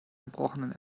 erbrochenen